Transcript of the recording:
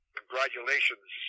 Congratulations